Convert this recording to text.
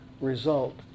result